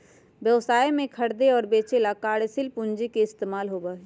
व्यवसाय में खरीदे और बेंचे ला कार्यशील पूंजी के इस्तेमाल होबा हई